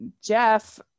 Jeff